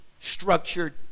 structured